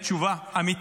תודה.